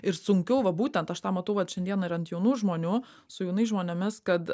ir sunkiau va būtent aš tą matau vat šiandieną ir ant jaunų žmonių su jaunais žmonėmis kad